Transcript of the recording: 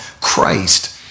Christ